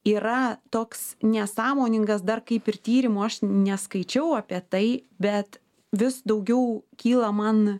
yra toks nesąmoningas dar kaip ir tyrimo aš neskaičiau apie tai bet vis daugiau kyla man